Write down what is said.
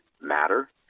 matter